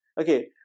Okay